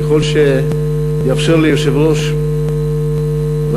ככל שיאפשרו לי היושב-ראש והזמן,